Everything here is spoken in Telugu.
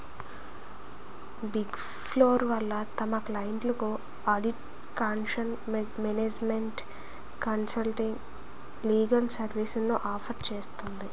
బిగ్ ఫోర్ వాళ్ళు తమ క్లయింట్లకు audit, taxation, management consulting, legal సర్వీస్లను ఆఫర్ చేస్తుంది